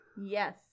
Yes